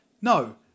No